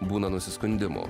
būna nusiskundimų